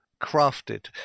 crafted